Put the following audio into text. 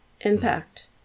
Impact